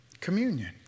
Communion